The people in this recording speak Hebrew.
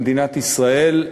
במדינת ישראל,